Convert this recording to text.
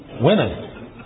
Women